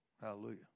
Hallelujah